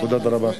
תודה רבה.